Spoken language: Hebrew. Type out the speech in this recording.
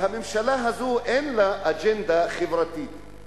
הממשלה הזאת, אין לה אג'נדה חברתית.